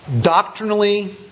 doctrinally